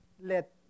Let